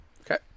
Okay